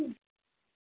হুম